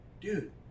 dude